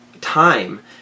time